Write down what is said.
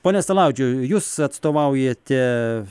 pone saladžiau jūs atstovaujate